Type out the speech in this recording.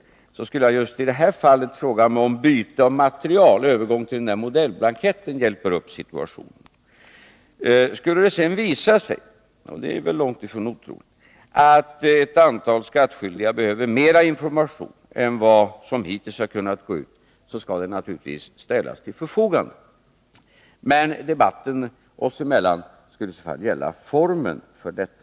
Men jag vill ändå i just detta fall ifrågasätta om utbyte av material, en övergång till en modellblankett, skulle förbättra situationen. Skulle det sedan visa sig, och det är väl långt ifrån otroligt, att ett antal skattskyldiga behöver mer information än vad som hittills har kunnat gå ut, så skall sådan naturligtvis ställas till förfogande. Men debatten oss emellan skulle i så fall gälla formen för detta.